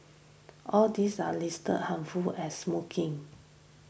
all these are listed harmful as smoking